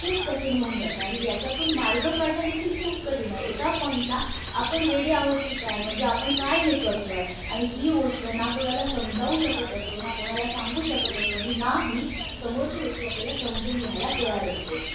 खूप कठीण होऊन जातं आणि याच्यातून मार्ग काढणंदेखील खूप कठीण आहे एका पॉईंटला आपण वेडे आहोत की काय म्हणजे आपण काय हे करतो आहे आणि ही गोष्ट ना कोणाला समजावू शकत असतो ना कोणाला सांगू शकत असतो आणि ना ही समोरची व्यक्ती आपल्याला समजून घ्यायला तयार असते